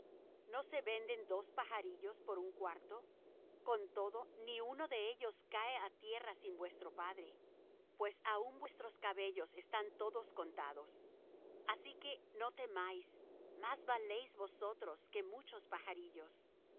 no se venden dos pajarillos por un cuarto con todo ni uno de ellos cae á tierra sin vuestro padre pues aun vuestros cabellos están todos contados así que no temáis más valéis vosotros que muchos pajarillos